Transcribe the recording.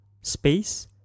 space